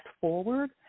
forward